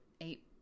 eight